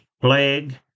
plague